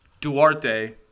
Duarte